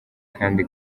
kandi